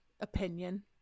opinion